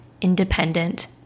independent